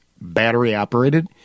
battery-operated